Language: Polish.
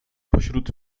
pośród